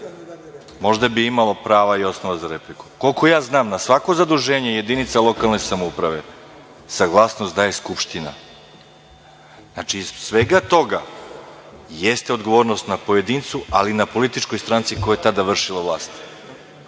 možda bi imalo prava i osnova za repliku. Koliko ja znam na svako zaduženje jedinica lokalne samouprave, saglasnost daje Skupština. Znači, iz svega toga, jeste odgovornost na pojedincu, ali na političkoj stranci koja je tada vršila vlast. Znači,